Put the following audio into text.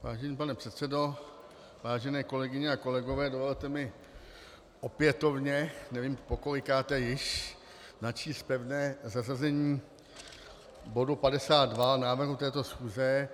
Vážený pane předsedo, vážené kolegyně a kolegové, dovolte mi opětovně, nevím pokolikáté již, načíst pevné zařazení bodu 52 návrhu této schůze.